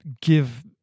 give